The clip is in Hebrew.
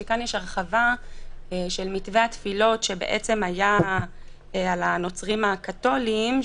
וכאן יש הרחבה של מתווה התפילות שהיה על הנוצרים הקתולים,